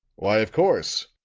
why, of course,